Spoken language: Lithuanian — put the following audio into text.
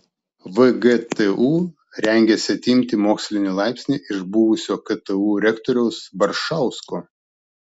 vgtu rengiasi atimti mokslinį laipsnį iš buvusio ktu rektoriaus baršausko